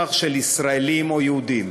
לרצח של ישראלים או יהודים,